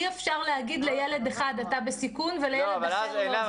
אי אפשר להגיד לילד אחד אתה בסיכון ולילד אחר לא.